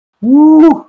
Woo